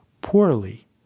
poorly